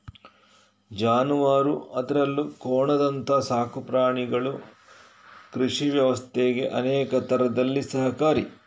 ಜಾನುವಾರು ಅದ್ರಲ್ಲೂ ಕೋಣದಂತ ಸಾಕು ಪ್ರಾಣಿಗಳು ಕೃಷಿ ವ್ಯವಸ್ಥೆಗೆ ಅನೇಕ ತರದಲ್ಲಿ ಸಹಕಾರಿ